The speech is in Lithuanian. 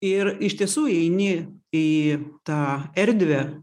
ir iš tiesų įeini į tą erdvę